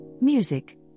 music